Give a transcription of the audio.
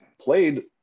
played